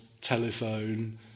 telephone